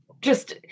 just-